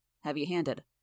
heavy-handed